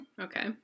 Okay